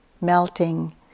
melting